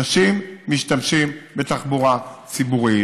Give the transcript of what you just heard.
אנשים משתמשים בתחבורה ציבורית.